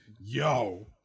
Yo